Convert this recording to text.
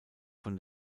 von